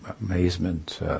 amazement